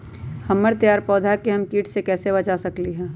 हमर तैयार पौधा के हम किट से कैसे बचा सकलि ह?